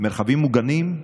מרחבים מוגנים,